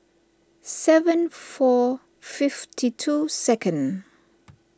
seven four fifty two second